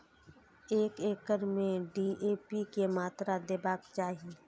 एक एकड़ में डी.ए.पी के मात्रा देबाक चाही?